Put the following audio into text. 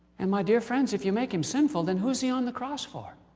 and my dear friends, if you make him sinful, then who's he on the cross for.